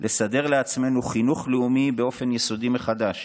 לסדר לעצמנו חינוך לאומי באופן יסודי מחדש,